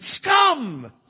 scum